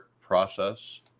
process